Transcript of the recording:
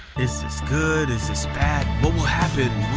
is this good? is this bad? what will happen?